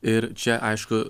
ir čia aišku